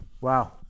Wow